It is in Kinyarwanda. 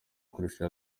gukoresha